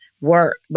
work